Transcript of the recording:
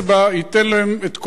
ייתן להם את כל היד.